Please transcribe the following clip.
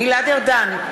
גלעד ארדן,